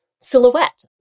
silhouette